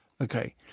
Okay